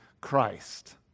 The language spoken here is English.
Christ